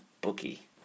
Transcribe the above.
bookie